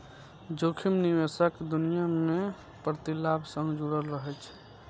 जोखिम निवेशक दुनिया मे प्रतिलाभ सं जुड़ल रहै छै